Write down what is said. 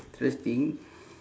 interesting